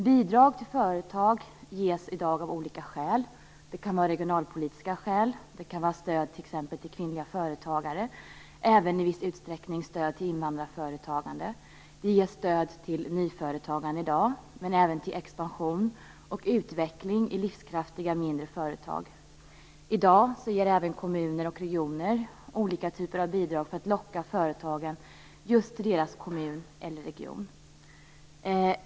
Bidrag till företag ges i dag av olika skäl. Det kan vara regionalpolitiska skäl. Det kan vara stöd t.ex. till kvinnliga företagare och även i viss utsträckning till invandrarföretagande. Det ges stöd till nyföretagande i dag, men även till expansion och utveckling i livskraftiga mindre företag. I dag ger även kommuner och regioner olika typer av bidrag för att locka företagen just till deras kommun eller region.